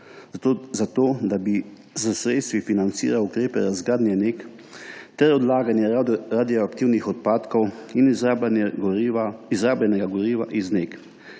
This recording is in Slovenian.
zato da bi s sredstvi financiral ukrepe razgradnje NEK ter odlaganje radioaktivnih odpadkov in izrabljenega goriva iz NEK.